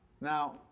Now